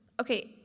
Okay